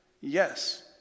Yes